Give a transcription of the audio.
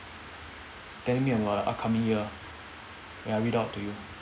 telling me about the upcoming year wait I read out to you